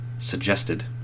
suggested